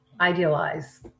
idealize